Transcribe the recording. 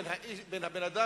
בין הבן-אדם,